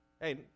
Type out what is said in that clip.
Hey